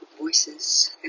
voices